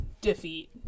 defeat